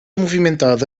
movimentada